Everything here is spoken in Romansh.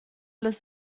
las